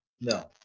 no